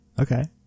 Okay